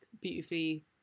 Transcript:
beautifully